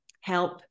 help